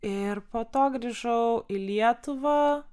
ir po to grįžau į lietuvą